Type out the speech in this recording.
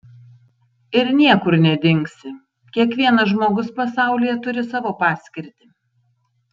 ir niekur nedingsi kiekvienas žmogus pasaulyje turi savo paskirtį